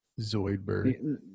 Zoidberg